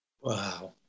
Wow